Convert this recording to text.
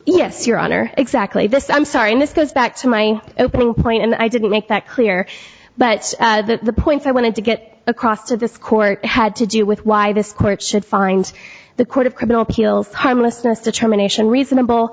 yes your honor exactly this i'm sorry and this goes back to my opening point and i didn't make that clear but the point i wanted to get across to this court had to do with why this it should find the court of criminal appeals harmlessness determination reasonable